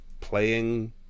playing